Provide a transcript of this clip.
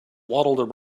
waddled